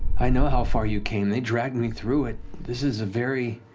i know how far you came, they dragged me through it. this is a very,